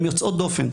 והן יוצאות דופן.